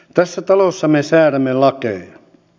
tässä talossa me säädämme lakeja